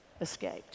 escaped